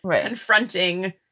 confronting